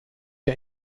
der